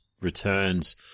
returns